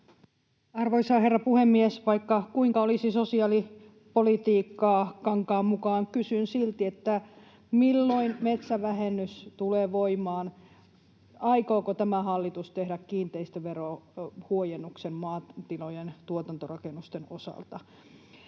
Arvoisa herra puhemies! Vaikka kuinka olisi sosiaalipolitiikkaa Kankaan mukaan, kysyn silti, milloin metsävähennys tulee voimaan. Aikooko tämä hallitus tehdä kiinteistöverohuojennuksen maatilojen tuotantorakennusten osalta?